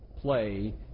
play